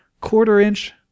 Quarter-inch